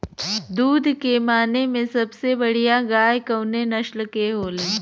दुध के माने मे सबसे बढ़ियां गाय कवने नस्ल के होली?